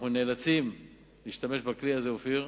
אנחנו נאלצים להשתמש בכלי הזה, אופיר,